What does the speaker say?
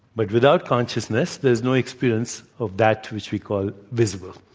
but without consciousness, there is no experience of that which we call visible.